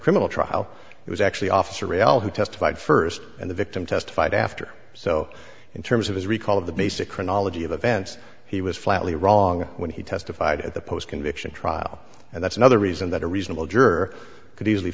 criminal trial it was actually officer reale who testified for and the victim testified after so in terms of his recall of the basic chronology of events he was flatly wrong when he testified at the post conviction trial and that's another reason that a reasonable juror could easily